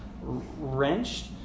wrenched